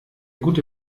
gute